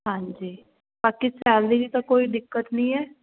ਹਾਂਜੀ ਬਾਕੀ ਸੈਲਰੀ ਦੀ ਤਾਂ ਕੋਈ ਦਿੱਕਤ ਨਹੀਂ ਹੈ